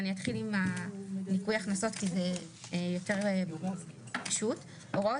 אני אתחיל עם ניכוי הכנסות כי זה יותר פשוט: (ז)הוראות